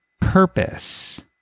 purpose